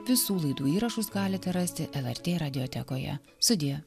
visų laidų įrašus galite rasti lrt radijo tekoje sudie